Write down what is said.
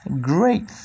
great